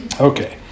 Okay